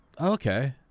Okay